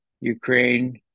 Ukraine